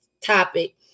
topic